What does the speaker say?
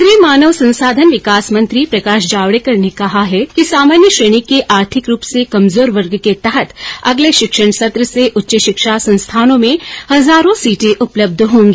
केन्द्रीय मानव संसाधन विकास मंत्री प्रकाश जावडेकर ने कहा है कि सामान्य श्रेणी के आर्थिक रूप से कमजोर वर्ग के तहत अगले शिक्षण सत्र से उच्च शिक्षा संस्थानों में हजारो सीटें उपलब्ध होगी